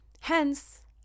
Hence